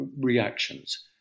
reactions